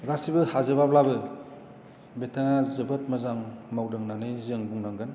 गासिबो हाजोब्लाबाबो बिथाङा जोबोद मोजां मावदों होन्नानै जों बुंनांगोन